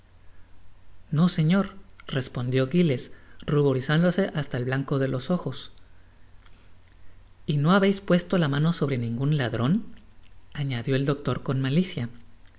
no señor respondió giles ruborizándose hasta el blanco de los ojos y no habeis puesto la mano sobre ningun ladron añadió el doctor con malicia